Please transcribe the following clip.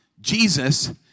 Jesus